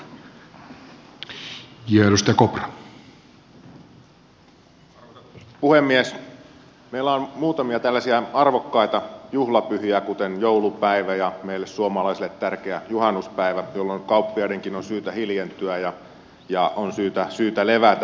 meillä on muutamia tällaisia arvokkaita juhlapyhiä kuten joulupäivä ja meille suomalaisille tärkeä juhannuspäivä jolloin kauppiaidenkin on syytä hiljentyä ja on syytä levätä